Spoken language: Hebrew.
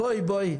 בואי.